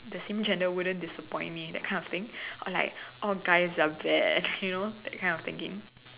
the same gender wouldn't disappoint me that kind thing or like all guys are bad you know that kind of thinking